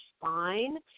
fine